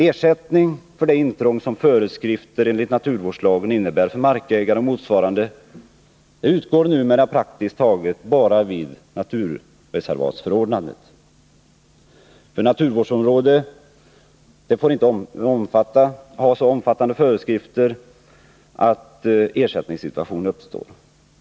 Ersättning för det intrång som markägare och motsvarande utsätts för utgår enligt naturvårdslagens föreskrifter numera praktiskt taget bara vid naturreservatsförordnandet. För naturvårdsområde får inte så omfattande föreskrifter meddelas att ersättningssituation uppstår.